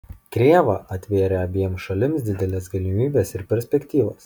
krėva atvėrė abiem šalims dideles galimybes ir perspektyvas